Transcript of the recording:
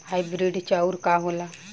Hybrid चाउर का होला?